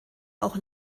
auch